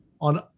on